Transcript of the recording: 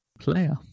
player